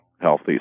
healthy